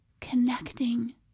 connecting